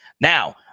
now